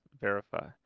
verify